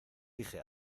dije